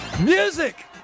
Music